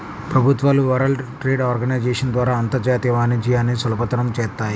ప్రభుత్వాలు world trade organisation ద్వారా అంతర్జాతీయ వాణిజ్యాన్ని సులభతరం చేత్తాయి